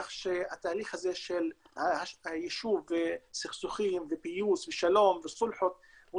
כך שהתהליך הזה של יישוב הסכסוכים ופיוס ושלום וסולחות הוא